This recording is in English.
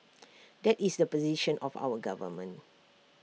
that is the position of our government